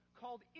called